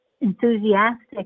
enthusiastic